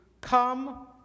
Come